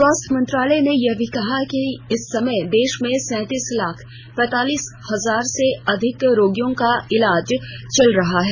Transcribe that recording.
स्वास्थ्य मंत्रालय ने यह भी कहा है कि इस समय देश में सैंतीस लाख पैंतालीस हजार से अधिक रोगियों का इलाज चल रहा है